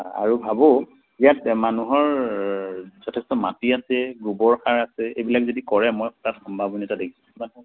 আৰু ভাবোঁ ইয়াত মানুহৰ যথেষ্ট মাটি আছে গোবৰ সাৰ আছে এইবিলাক যদি কৰে মই তাত সম্ভা দেখিছোঁ